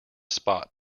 spot